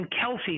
Kelsey